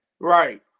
Right